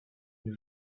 une